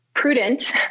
prudent